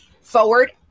forward